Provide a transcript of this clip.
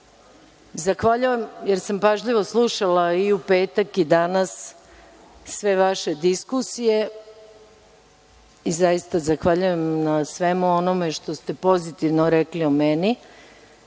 puta. Zahvaljujem jer sam pažljivo slušala i u petak i danas sve vaše diskusije i zaista zahvaljujem na svemu onome što ste pozitivno rekli o meni,